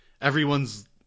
everyone's